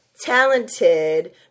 talented